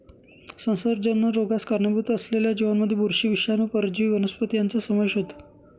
संसर्गजन्य रोगास कारणीभूत असलेल्या जीवांमध्ये बुरशी, विषाणू, परजीवी वनस्पती यांचा समावेश होतो